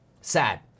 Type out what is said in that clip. sad